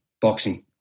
boxing